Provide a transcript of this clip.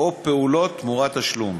או פעולות תמורת תשלום.